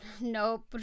Nope